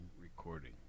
recording